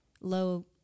Low